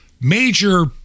major